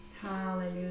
Hallelujah